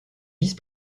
vice